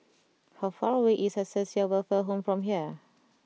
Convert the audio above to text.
how far away is Acacia Welfare Home from here